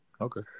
okay